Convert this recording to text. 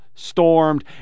Stormed